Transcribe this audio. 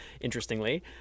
interestingly